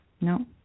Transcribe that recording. No